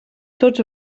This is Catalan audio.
tots